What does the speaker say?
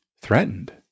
threatened